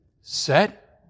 set